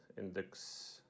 Index